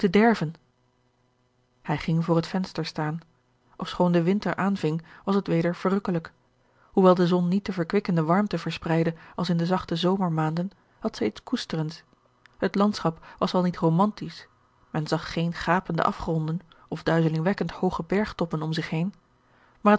derven hij ging voor het venster staan ofschoon de winter aanving was het weder verrukkelijk hoewel de zon niet de verkwikkende warmte verspreidde als in de zachte zomermaanden had zij iets koesterends het landschap was wel niet romantisch men zag geene gapende afgronden of duizelingwekkend hooge bergtoppen om zich heen maar